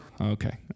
Okay